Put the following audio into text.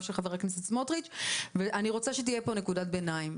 של חבר הכנסת סמוטריץ' ואני רוצה שתהיה פה נקודת ביניים.